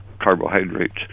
carbohydrates